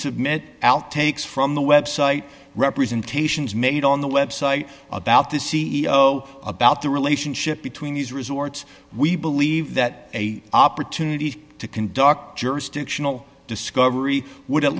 resubmit outtakes from the website representations made on the website about the c e o about the relationship between these resorts we believe that a opportunity to conduct jurisdictional discovery would at